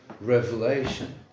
revelation